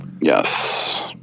Yes